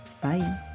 Bye